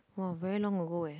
!wah! very long ago eh